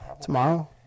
Tomorrow